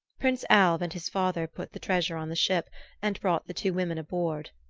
prince alv and his father put the treasure on the ship and brought the two women aboard.